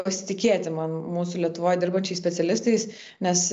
pasitikėti man mūsų lietuvoj dirbančiais specialistais nes